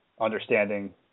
understanding